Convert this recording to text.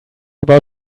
about